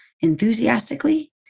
enthusiastically